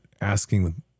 asking